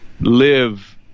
live